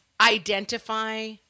Identify